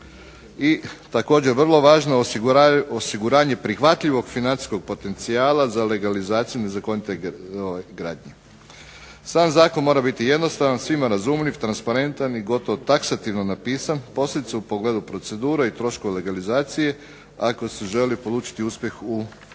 i također vrlo važno osiguranje prihvatljivog financijskog potencijala za legalizaciju nezakonite gradnje. Sam zakon mora biti jednostavan, svima razumljiv, transparentan i gotovo taksativno napisan, posebice u pogledu procedure i troškova legalizacije, ako se želi polučiti uspjeh u provedbi.